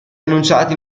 annunciati